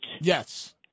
Yes